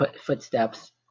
footsteps